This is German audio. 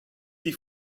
die